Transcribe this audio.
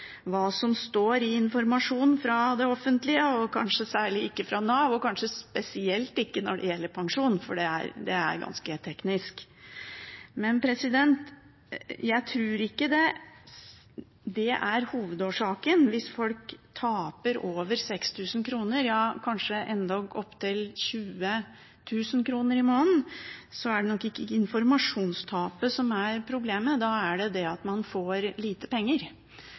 hva som står i informasjonen fra det offentlige, og kanskje særlig ikke fra Nav, og kanskje spesielt ikke når det gjelder pensjon, for det er ganske teknisk. Men jeg tror ikke det er hovedproblemet. Hvis folk taper over 6 000 kr, ja kanskje endog opptil 20 000 kr, i måneden, er det nok ikke informasjonsmangel som er problemet, da er det det at man får for lite penger